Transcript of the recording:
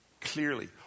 clearly